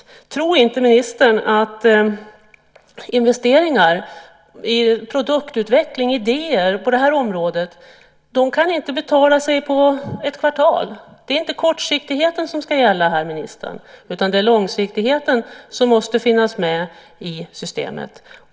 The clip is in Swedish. Tro inte, ministern, att investeringar i produktutveckling och idéer på det här området kan betala sig på ett kvartal. Det är inte kortsiktigheten som ska gälla här, ministern, utan det är långsiktigheten som måste finnas med i systemet.